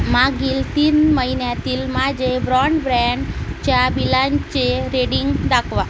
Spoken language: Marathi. मागील तीन महिन्यातील माझे ब्रॉन्डब्रँडच्या बिलांचे रेडींग दाखवा